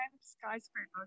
skyscraper